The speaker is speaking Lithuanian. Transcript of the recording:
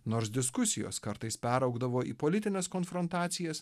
nors diskusijos kartais peraugdavo į politines konfrontacijas